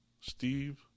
Steve